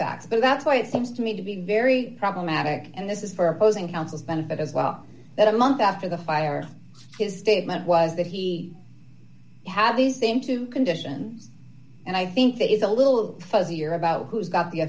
facts but that's why it seems to me to be very problematic and this is for opposing counsel's benefit as well that a month after the fire his statement was that he had these same two conditions and i think that is a little fuzzy or about who's got the